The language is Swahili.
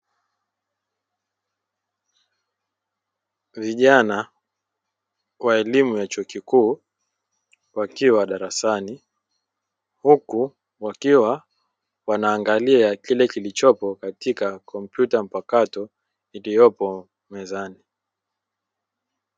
Vijana wa elimu ya chuo kikuu wakiwa darasani huku wakiwa wanaangalia kile kilichopo katika kompyuta iliyopo mezani.